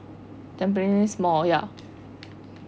tampines mall ya